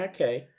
Okay